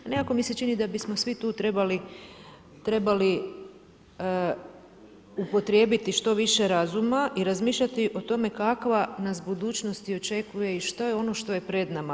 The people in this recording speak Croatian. Nekako mi se čini da bismo svi tu trebali upotrijebiti što više razuma i razmišljati o tome kakva nas budućnost očekuje i što je ono što je pred nama.